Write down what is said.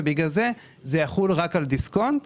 ולכן זה יחול רק על דיסקונט.